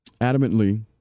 Adamantly